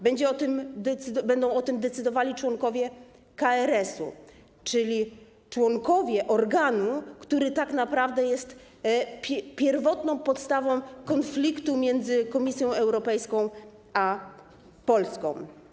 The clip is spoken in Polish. Będą o tym decydowali członkowie KRS-u, czyli członkowie organu, który tak naprawdę jest pierwotną podstawą konfliktu między Komisją Europejską a Polską.